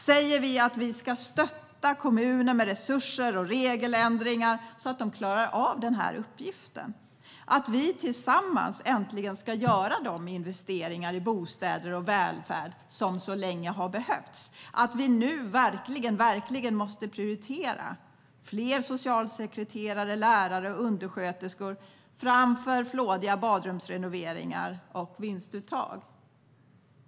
Säger vi att vi ska stötta kommuner med resurser och regeländringar så att de klarar av den här uppgiften och att vi tillsammans äntligen ska göra de investeringar i bostäder och välfärd som så länge har behövts? Säger vi att vi nu verkligen måste prioritera fler socialsekreterare, lärare och undersköterskor framför flådiga badrumsrenoveringar och vinstuttag?